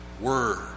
word